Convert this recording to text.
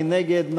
מי נגד?